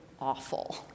awful